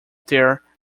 their